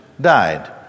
died